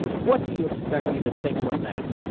what do you expect me to think from that?